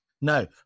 No